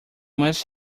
must